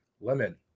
lemon